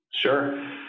Sure